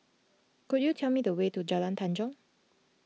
could you tell me the way to Jalan Tanjong